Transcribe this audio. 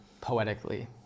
poetically